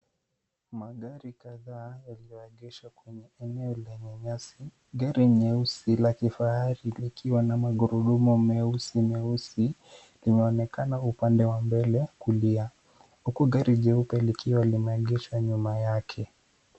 Magari kadhaa yaliyoegeshwa kwenye eneo lenye nyasi. Gari nyeusi la kifahari likiwa na magurudumu meusi meusi linaonekana upande wa mbele kulia huku gari jeupe likiwa limeegeshwa nyuma yake.